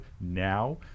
now